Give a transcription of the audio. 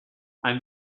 ein